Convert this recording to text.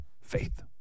faith